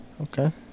Okay